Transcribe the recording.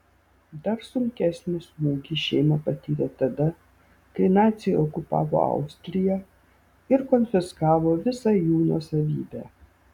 dar sunkesnį smūgį šeima patyrė tada kai naciai okupavo austriją ir konfiskavo visą jų nuosavybę